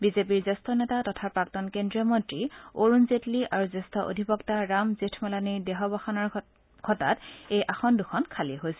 বিজেপিৰ জ্যেষ্ঠ নেতা তথা প্ৰাক্তন কেন্দ্ৰীয় মন্ত্ৰী অৰুণ জেটলী আৰু জ্যেষ্ঠ অধিবক্তা ৰাম জেঠমালানীৰ দেহাৱসান ঘটাত এই আসন দুখন খালী হৈছে